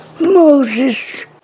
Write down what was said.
Moses